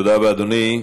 תודה רבה, אדוני.